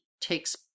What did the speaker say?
takes